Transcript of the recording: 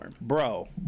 Bro